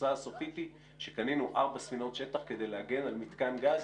התוצאה הסופית היא שקנינו ארבע ספינות שטח כדי להגן על מתקן גז,